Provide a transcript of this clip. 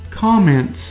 Comments